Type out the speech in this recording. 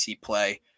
play